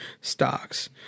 stocks